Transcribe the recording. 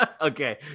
Okay